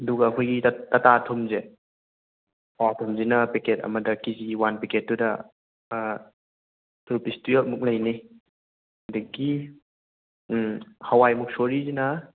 ꯑꯗꯨꯒ ꯑꯩꯈꯣꯏꯒꯤ ꯇꯥꯇꯥ ꯊꯨꯝꯁꯦ ꯇꯥꯇꯥ ꯊꯨꯝꯁꯤꯅ ꯄꯦꯀꯦꯠ ꯑꯃꯗ ꯀꯦꯖꯤ ꯋꯥꯟ ꯄꯦꯀꯦꯠꯇꯨꯗ ꯔꯨꯄꯤꯁ ꯇꯨꯌꯦꯜꯚ ꯃꯨꯛ ꯂꯩꯅꯤ ꯑꯗꯒꯤ ꯍꯋꯥꯏ ꯃꯨꯛꯁꯣꯔꯤꯁꯤꯅ